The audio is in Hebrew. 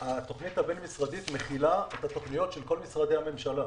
התוכנית הבין-משרדית מכילה את התוכניות של כל משרדי הממשלה.